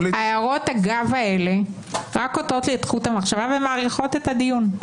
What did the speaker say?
הערות האגב האלה רק קוטעות לי את חוק המחשבה ומאריכות את הדיון,